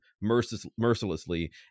mercilessly